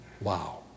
Wow